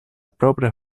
propria